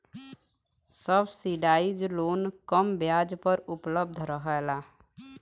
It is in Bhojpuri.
सब्सिडाइज लोन कम ब्याज पर उपलब्ध रहला